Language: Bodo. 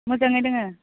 मोजाङै दोङो